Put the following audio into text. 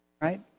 Right